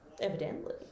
Evidently